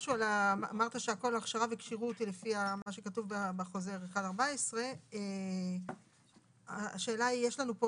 אמרת שכל ההכשרה וכשירות היא לפי מה שכתוב בחוזר 1/14. יש לנו פה